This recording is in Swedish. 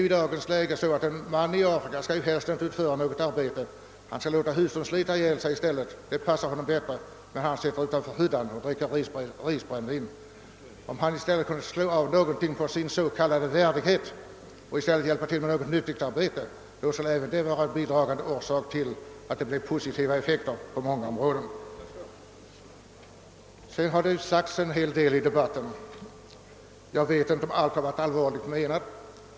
I dagens läge är det så att en man i Afrika helst inte skall utföra något arbete. Han låter sin hustru slita ihjäl sig medan han själv sitter utanför hyddan och dricker risbrännvin. Om han i stället kunde pruta av något på sin så kallade värdighet och hjälpa till med något nyttigt arbete skulle även det vara en bidragande orsak till positiva effekter på många områden. Det har sagts en hel del i debatten; jag vet inte om allt varit allvarligt menat.